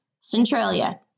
Centralia